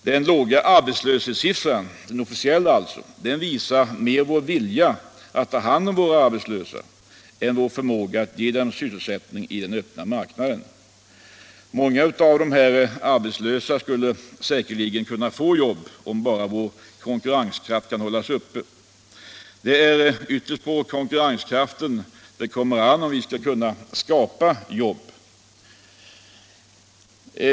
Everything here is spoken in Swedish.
Den låga arbetslöshetssiffran — den officiella alltså — visar mer vår vilja att ta hand om de arbetslösa än vår förmåga att ge dem sysselsättning i den öppna marknaden. Många av dessa arbetslösa skulle säkerligen kunna få jobb om bara vår konkurrenskraft kunde hållas uppe. Det är ytterst på konkurrenskraften det kommer an om vi skall kunna skapa jobb.